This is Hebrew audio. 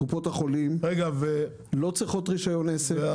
קופות החולים לא צריכות רישיון עסק.